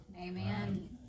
Amen